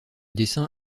dessin